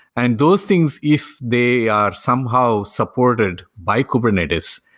and those things if they um somehow supported by kubernetes,